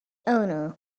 owner